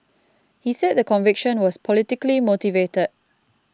he said the conviction was politically motivated